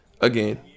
again